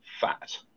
fat